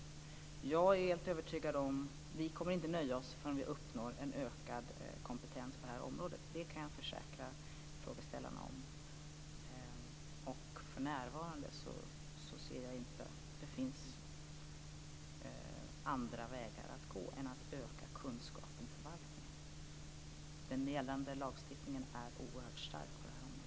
Jag är helt övertygad om att vi inte kommer att nöja oss förrän vi uppnår en ökad kompetens på det här området. Det kan jag försäkra frågeställarna. För närvarande ser jag inte att det finns andra vägar att gå än att öka kunskapen i förvaltningen. Den gällande lagstiftningen är oerhört stark på det här området.